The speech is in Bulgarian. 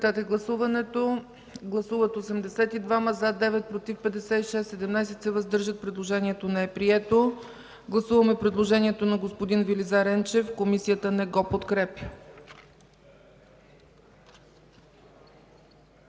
Гласуваме предложението на господин Велизар Енчев. Комисията не го подкрепя.